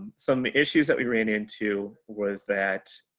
some issues that we ran into was that